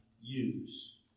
use